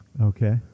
Okay